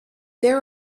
there